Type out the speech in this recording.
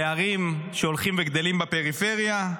פערים שהולכים וגדלים בפריפריה,